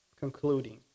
concluding